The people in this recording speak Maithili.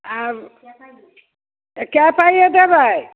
आ कै पाइए देबै